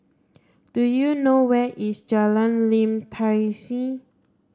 do you know where is Jalan Lim Tai See